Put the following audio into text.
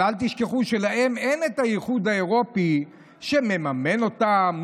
אבל אל תשכחו שלהם אין את האיחוד האירופי שמממן אותם,